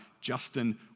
Justin